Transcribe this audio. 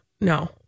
no